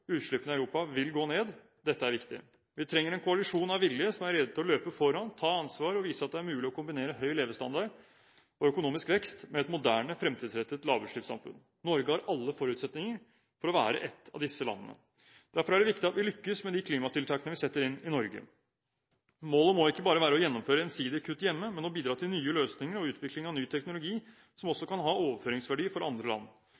Utslippene i Europa vil gå ned – dette er viktig. Vi trenger en koalisjon av villige som er rede til å løpe foran, ta ansvar og vise at det er mulig å kombinere høy levestandard og økonomisk vekst med et moderne, fremtidsrettet lavutslippssamfunn. Norge har alle forutsetninger for å være et av disse landene. Derfor er det viktig at vi lykkes med de klimatiltakene vi setter inn i Norge. Målet må ikke bare være å gjennomføre ensidige kutt hjemme, men å bidra til nye løsninger og utvikling av ny teknologi som også kan ha overføringsverdi for andre land.